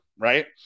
Right